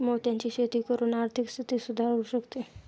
मोत्यांची शेती करून आर्थिक स्थिती सुधारु शकते